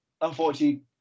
unfortunately